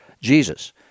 Jesus